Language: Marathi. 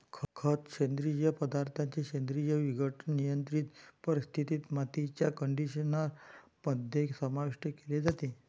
खत, सेंद्रिय पदार्थांचे सेंद्रिय विघटन, नियंत्रित परिस्थितीत, मातीच्या कंडिशनर मध्ये समाविष्ट केले जाते